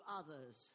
others